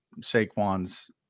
Saquon's